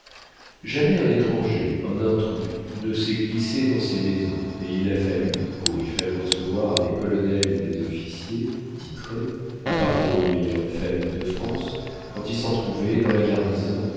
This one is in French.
jamais un étranger un intrus ne s'est glissé dans ces maisons et il a fallu pour y faire recevoir des colonels ou des officiers titrés appartenant aux meilleures familles de france quand il s'en trouvait dans la garnison